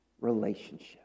relationship